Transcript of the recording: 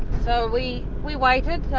so we we waited,